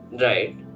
right